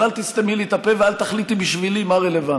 אבל אל תסתמי לי את הפה ואל תחליטי בשבילי מה רלוונטי.